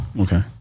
Okay